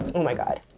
oh my god.